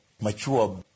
mature